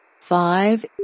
Five